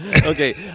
Okay